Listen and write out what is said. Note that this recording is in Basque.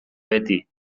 beti